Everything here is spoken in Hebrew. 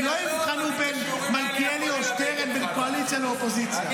הם לא הבחינו בין מלכיאלי או שטרן ובין קואליציה לאופוזיציה.